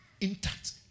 intact